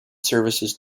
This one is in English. services